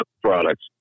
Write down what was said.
products